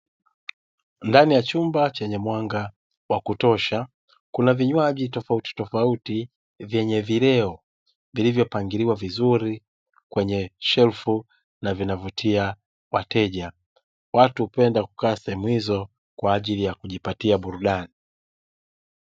Ndani ya chumba chenye mwanga wa kutosha kuna vinywaji tofauti tofauti vyenye vileo vilivyopangiliwa vizuri, kwenye shelfu na vinavutia wateja, watu hupenda kukaa sehemu hizo kwa ajili ya kujipatia burudani.